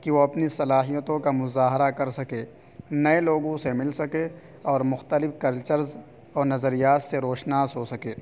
کہ وہ اپنی صلاحیتوں کا مظاہرہ کر سکے نئے لوگوں سے مل سکے اور مختلف کلچرز اور نظریات سے روشناس ہو سکے